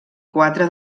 quatre